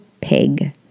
pig